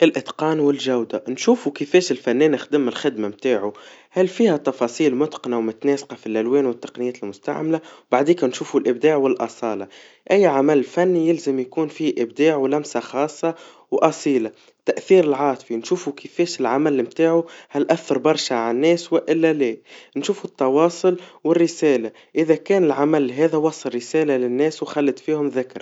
الإتقان والجودا, نشوفوا كيفاش الفنان خدم الخدمة متاعه, هل فيها تفاصيل متقنا ومتناسقا في الالوان والتقنيات المستعملا, بعديك نشوفوا الإبداع والأصالا, أي عمل فني يلزم يكون فيه إبداع ولمسا خاصا, وأصيلا, تأثيره العاطفي, نشوفوا كيفاش العمل متاعه أثر برشا على الناس وإلا لا, نشوفوا التواصل والرسالا, إذا كان العمل هذا وصل رسالا للناس وخلت فيهم ذكرى.